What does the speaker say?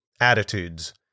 attitudes